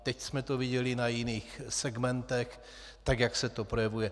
Teď jsme to viděli na jiných segmentech tak, jak se to projevuje.